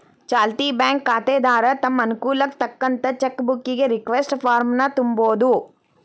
ಚಾಲ್ತಿ ಬ್ಯಾಂಕ್ ಖಾತೆದಾರ ತಮ್ ಅನುಕೂಲಕ್ಕ್ ತಕ್ಕಂತ ಚೆಕ್ ಬುಕ್ಕಿಗಿ ರಿಕ್ವೆಸ್ಟ್ ಫಾರ್ಮ್ನ ತುಂಬೋದು